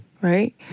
right